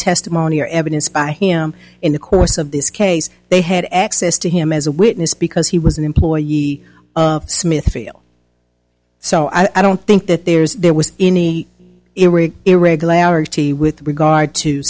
testimony or evidence by him in the course of this case they had access to him as a witness because he was an employee of smithfield so i don't think that there's there was any earache irregularity with regard to